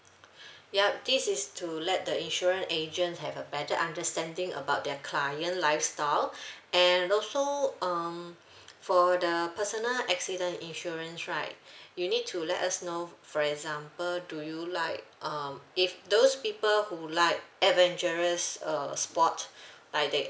yup this is to let the insurance agent have a better understanding about their client lifestyle and also um for the personal accident insurance right you need to let us know for example do you like um if those people who like adventurous err sport like they